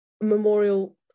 memorial